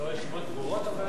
לא ישיבות סגורות בוועדה הזאת?